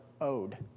owed